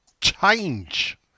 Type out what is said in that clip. change